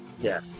Yes